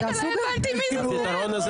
הפתרון הזה